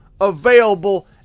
available